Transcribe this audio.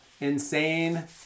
insane